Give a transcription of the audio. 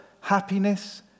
happiness